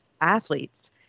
athletes